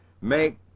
Make